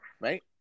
Right